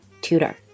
tutor